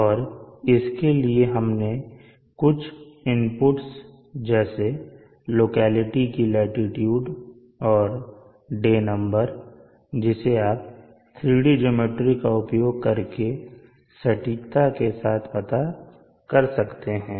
और इसके लिए हमने कुछ इनपुट्स जैसे लोकेलिटी की लाटीट्यूड और डे नंबर जिसे आप इसे 3D ज्योमेट्री का उपयोग करके सटीकता के साथ पता कर सकते हैं